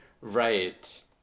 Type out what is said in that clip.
Right